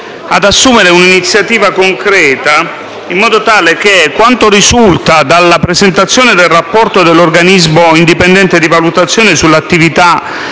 ad assumere un'iniziativa concreta. C'è un dato che risulta dalla presentazione del rapporto dell'organismo indipendente di valutazione sull'attività